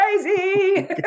crazy